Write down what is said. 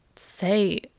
say